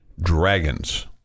Dragons